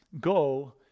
go